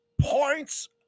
points